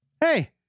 Hey